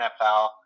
NFL